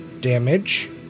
damage